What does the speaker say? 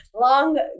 long